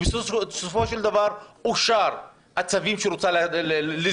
ובסופו של דבר אושרו הצווים שהיא רוצה לסגור,